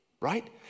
right